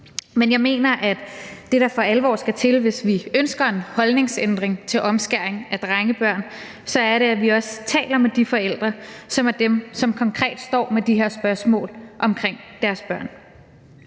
men jeg mener, at det, der for alvor skal til, hvis vi ønsker en holdningsændring til omskæring af drengebørn, er, at vi også taler med de forældre, som er dem, som konkret står med de her spørgsmål om deres børn.